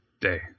Day